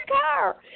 car